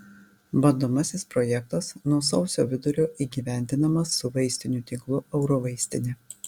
bandomasis projektas nuo sausio vidurio įgyvendinamas su vaistinių tinklu eurovaistinė